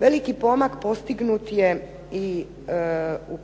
Veliki pomak postignut je i